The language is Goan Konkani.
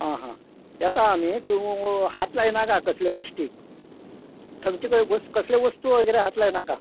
आं हा येता आमी तूं हात लायनाका कसले गोश्टीक थंयची खंय वस कसले वस्तू वगेरे हात लाय नाका